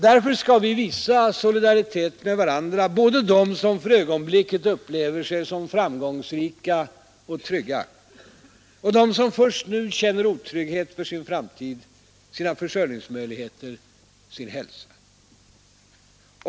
Därför skall vi visa solidaritet med varandra — både de som för ögonblicket upplever sig som framgångsrika och trygga och de som först nu känner otrygghet för sin framtid, sina försörjningsmöjligheter, sin hälsa.